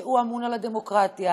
שהוא אמון על הדמוקרטיה